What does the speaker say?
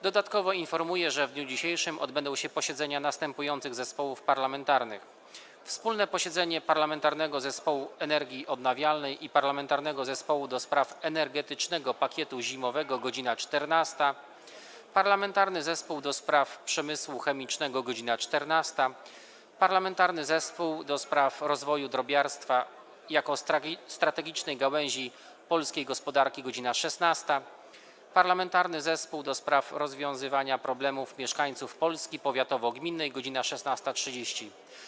Dodatkowo informuję, że w dniu dzisiejszym odbędą się posiedzenia następujących zespołów parlamentarnych: - wspólne posiedzenie Parlamentarnego Zespołu Energii Odnawialnej i Parlamentarnego Zespołu ds. Energetycznego Pakietu Zimowego - godz. 14, - Parlamentarnego Zespołu ds. Przemysłu Chemicznego - godz. 14, - Parlamentarnego Zespołu ds. rozwoju drobiarstwa jako strategicznej gałęzi polskiej gospodarki - godz. 16, - Parlamentarnego Zespołu ds. rozwiązywania problemów mieszkańców „Polski powiatowo-gminnej” - godz. 16.30.